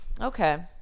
Okay